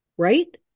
right